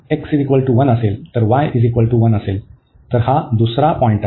आणि x1 असेल तर y1 असेल तर हा दुसरा मुद्दा आहे